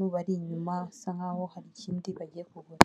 kuyungurura umwuka duhumeka.